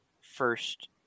first